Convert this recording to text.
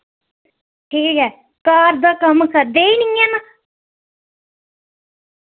ठीक ऐ घर दा कम्म करदे ई निं हैन